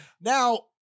Now